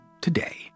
today